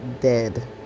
dead